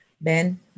Ben